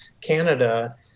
Canada